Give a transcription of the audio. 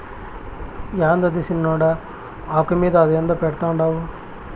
యాందది సిన్నోడా, ఆకు మీద అదేందో పెడ్తండావు